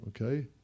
okay